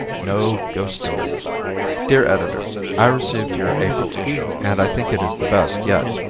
no ghost stories dear editor i received your april issue and i think it is the best yet.